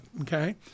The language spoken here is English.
okay